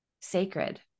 sacred